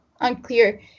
unclear